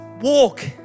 walk